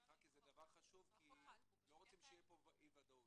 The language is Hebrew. בסעיף 50 הוספנו את אישור ועדת הכלכלה.